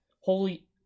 Holy